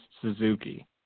Suzuki